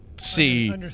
see